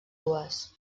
dues